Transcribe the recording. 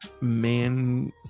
Man